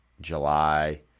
July